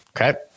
Okay